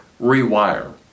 rewire